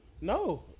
No